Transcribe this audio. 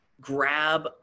grab